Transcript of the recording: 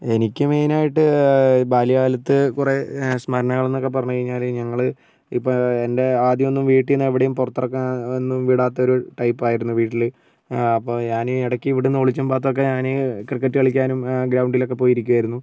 എനിക്ക് മെയ്നായിട്ട് ബാല്യ കാലത്ത് കുറെ സ്മരണകൾന്നൊക്കെ പറഞ്ഞ് കഴിഞ്ഞാൽ ഞങ്ങൾ ഇപ്പം എൻ്റെ ആദ്യമൊന്നും വീട്ടീന്ന് എവിടേം പുറത്ത് ഇറക്കാന്നും വിടാത്തൊരു ടൈപ്പായിരുന്നു വീട്ടിൽ ആ അപ്പം ഞാന് ഇടക്ക് ഇവിടുന്ന് ഒളിച്ചും പത്തുവൊക്കെ ഞാൻ ക്രിക്കറ്റ് കളിക്കാനും ഗ്രൗണ്ടിലൊക്കെ പോയിരിക്കുവായിരുന്നു